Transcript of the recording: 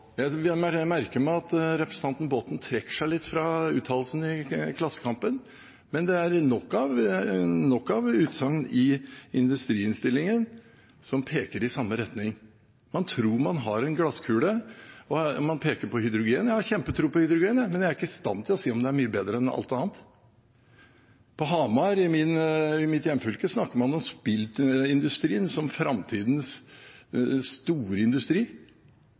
Jeg merker meg at representanten Botten trekker seg litt fra uttalelsen i Klassekampen, men det er nok av utsagn i industriinnstillingen som peker i samme retning. Man tror man har en glasskule. Man peker på hydrogen. Jeg har kjempetro på hydrogen, jeg, men jeg er ikke i stand til å si om det er mye bedre enn alt annet. På Hamar, i mitt hjemfylke, snakker man om spillindustrien som framtidens store industri.